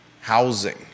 housing